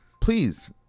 please